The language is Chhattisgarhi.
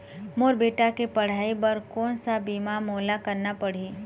मोर बेटा के पढ़ई बर कोन सा बीमा मोला करना पढ़ही?